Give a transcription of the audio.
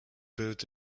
built